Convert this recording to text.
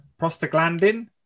prostaglandin